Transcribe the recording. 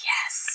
Yes